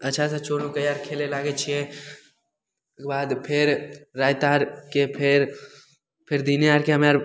अच्छासे चोर नुकैआ खेले लागै छिए ओकर बाद फेर राति आरके फेर फेर दिने आरके हम आर